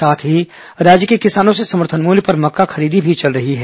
साथ ही राज्य के किसानों से समर्थन मूल्य पर मक्का खरीदी भी चल रही है